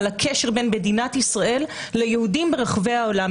על הקשר בין מדינת ישראל ליהודים ברחבי העולם.